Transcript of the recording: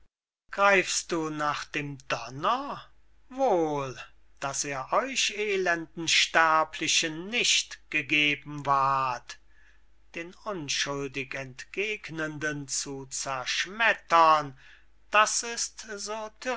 greifst du nach dem donner wohl daß er euch elenden sterblichen nicht gegeben ward den unschuldig entgegnenden zu zerschmettern das ist